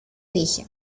dije